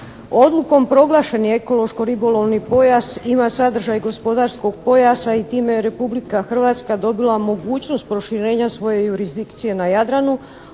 Odlukom proglašeni ekološko-ribolovni pojas ima sadržaj gospodarskog pojasa i time je Republika Hrvatska dobila mogućnost proširenja svoje jurisdikcije na Jadranu